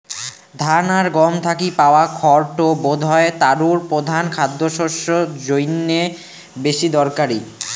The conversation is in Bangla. ধান আর গম থাকি পাওয়া খড় টো বোধহয় তারুর প্রধান খাদ্যশস্য জইন্যে বেশি দরকারি